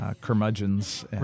curmudgeons